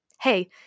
hey